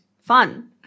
Fun